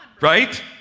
right